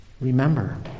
Remember